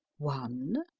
one